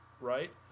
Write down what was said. right